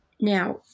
Now